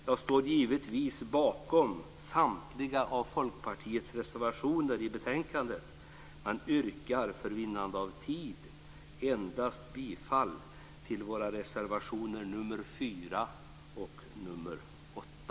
Jag står givetvis bakom samtliga Folkpartiets reservationer i betänkandet, men yrkar för vinnande av tid bifall endast till våra reservationer nr 4 och nr 8.